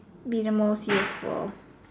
be the most used for